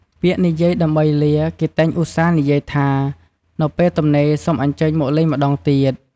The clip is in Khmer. ពាក្យនិយាយដើម្បីលា គេតែងឧស្សាហ៍និយាយថា "នៅពេលទំនេរសូមអញ្ជើញមកលេងម្តងទៀត។"